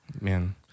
man